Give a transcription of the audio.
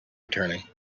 returning